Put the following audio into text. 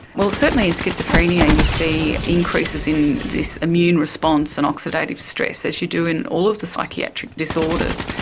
well, certainly in schizophrenia you see increases in this immune response and oxidative stress, as you do in all of the psychiatric disorders.